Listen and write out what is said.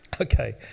Okay